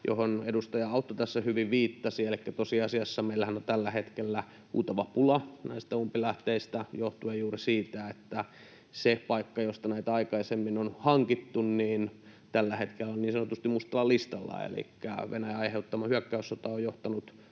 johon edustaja Autto tässä hyvin viittasi. Tosiasiassa meillähän on tällä hetkellä huutava pula näistä umpilähteistä johtuen juuri siitä, että se paikka, josta näitä aikaisemmin on hankittu, tällä hetkellä on niin sanotusti mustalla listalla. Elikkä Venäjän aiheuttama hyökkäyssota on johtanut